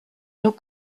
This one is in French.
nous